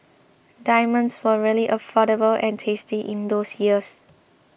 diamonds were really affordable and tasty in those years